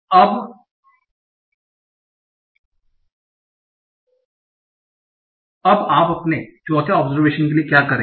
अब आप अपने चौथे ओबसरवेशन के लिए क्या करेंगे